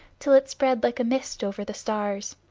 till it spread like a mist over the stars.